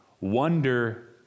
wonder